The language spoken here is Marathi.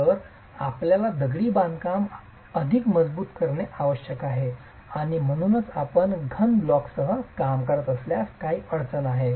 तर आपल्याला दगडी बांधकाम अधिक मजबूत करणे आवश्यक आहे आणि म्हणूनच आपण घन ब्लॉक्ससह काम करत असल्यास काही अडचण आहे